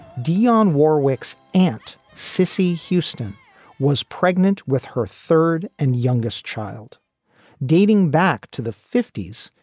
dionne wore wix aunt cissy houston was pregnant with her third and youngest child dating back to the fifty s.